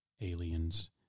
aliens